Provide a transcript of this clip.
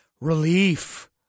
Relief